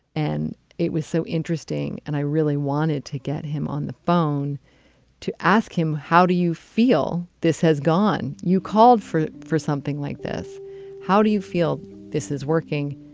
and it was so interesting. and i really wanted to get him on the phone to ask him, how do you feel this has gone? you called for for something like this how do you feel this is working?